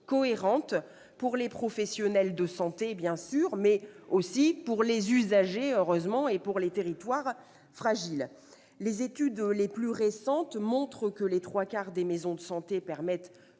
cohérente pour les professionnels de santé, bien sûr, mais aussi pour les usagers et pour les territoires fragiles. Les études les plus récentes montrent que les trois quarts des maisons de santé permettent